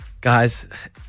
Guys